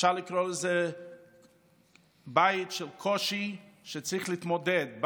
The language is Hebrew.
ואפשר לקרוא לזה בית עם קושי שצריך להתמודד איתו.